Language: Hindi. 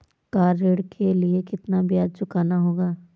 कार ऋण के लिए कितना ब्याज चुकाना होगा?